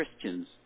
Christians